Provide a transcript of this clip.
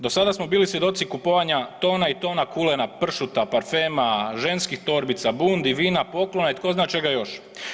Do sada smo bili svjedoci kupovanja tona i tona kulena, pršuta, parfema, ženskih torbica, bundi, vina, poklona i tko zna čega još.